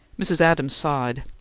mrs. adams sighed.